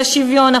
השוויון,